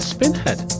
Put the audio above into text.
Spinhead